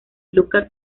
luca